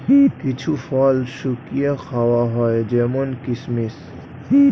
কিছু ফল শুকিয়ে খাওয়া হয় যেমন কিসমিস